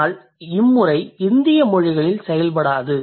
ஆனால் இம்முறை இந்திய மொழிகளில் செயல்படாது